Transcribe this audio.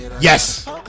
yes